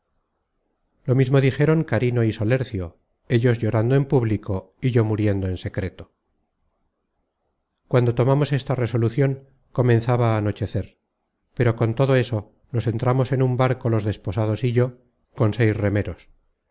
lo mismo dijeron carino y solercio ellos llorando en público y yo muriendo en secreto cuando tomamos esta resolucion comenzaba a anochecer pero con todo eso nos entramos en un barco los desposados y yo con seis remeros